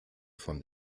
von